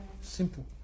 Simple